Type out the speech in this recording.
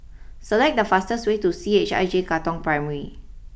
select the fastest way to C H I J Katong Primary